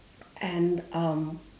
and um